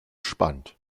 spannt